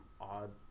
odd